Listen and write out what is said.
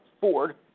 Ford